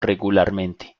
regularmente